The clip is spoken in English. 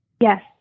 yes